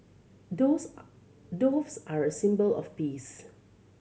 doves are doves are a symbol of peace